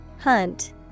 Hunt